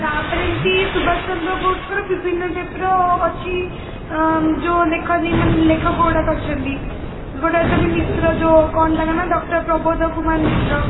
ତା'ପରେ ଏମିତି ସୁଭାଷ ଚନ୍ଦ୍ର ବୋଷଙ୍କର ବିଭିନ୍ନ ଟାଇପ୍ର ଅଛି ଯେଉଁ ଲେଖନୀ ମାନେ ଲେଖକଗୁଡ଼ାକ ଅଛନ୍ତି ଗୋଟେ ଅଛନ୍ତି ମିଶ୍ର ଯେଉଁ କ'ଣ ତାଙ୍କ ନାଁ ଡକ୍ଟର୍ ପ୍ରବୋଧ କୁମାର ମିଶ୍ର